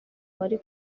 wari